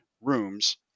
rooms